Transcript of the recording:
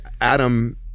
Adam